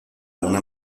una